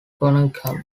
cunningham